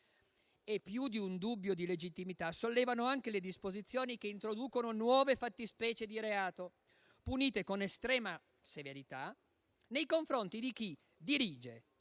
Più di un dubbio di legittimità sollevano anche le disposizioni che introducono nuove fattispecie di reato, punite con estrema severità, nei confronti di chi dirige,